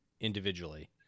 individually